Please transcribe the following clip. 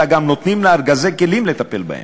אלא גם נותנים לה ארגזי כלים כדי לטפל בהם.